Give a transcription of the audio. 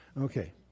Okay